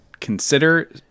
consider